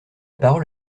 parole